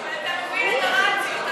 אתה מבין את הרציו, אתה שר הרווחה.